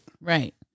right